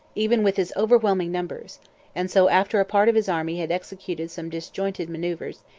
even with his overwhelming numbers and so, after a part of his army had executed some disjointed manoeuvres,